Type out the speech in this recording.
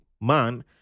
man